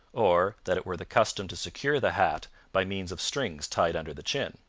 or that it were the custom to secure the hat by means of strings tied under the chin.